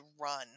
run